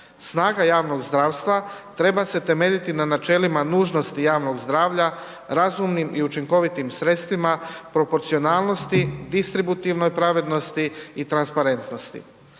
Snaga javnog zdravstva treba se temeljiti na načelima nužnosti javnog zdravlja, razumnim i učinkovitim sredstvima, proporcionalnosti, distributivnoj pravednosti i transparentnosti.